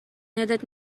یادت